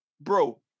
Bro